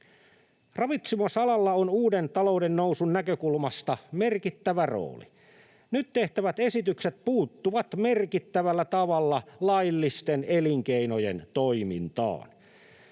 Ravitsemisalalla on uuden talouden nousun näkökulmasta merkittävä rooli. Nyt tehtävät esitykset puuttuvat merkittävällä tavalla laillisten elinkeinojen toimintaan.